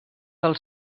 del